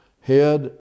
head